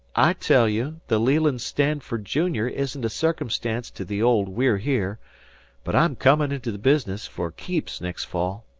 i tell you, the leland stanford junior, isn't a circumstance to the old we're here but i'm coming into the business for keeps next fall.